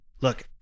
Look